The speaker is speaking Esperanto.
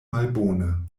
malbone